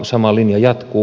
sama linja jatkuu